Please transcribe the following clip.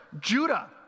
Judah